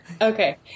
okay